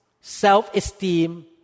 self-esteem